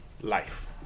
life